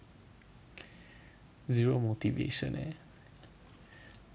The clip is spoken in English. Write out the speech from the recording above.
zero motivation eh